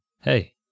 hey